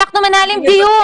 אנחנו מנהלים דיון.